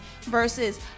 versus